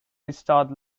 bestowed